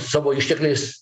savo ištekliais